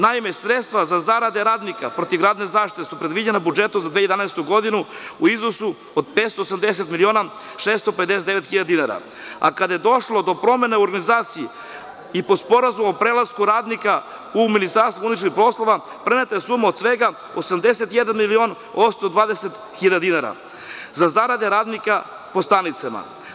Naime, sredstva za zarade radnika protivgradne zaštite su predviđena budžetom za 2011. godinu u iznosu od 580.659.000 dinara, a kada je došlo do promene u organizaciji po sporazumu o prelasku radnika u MUP, preneta je suma od svega 81.820.000 dinara za zarade radnika po stanicama.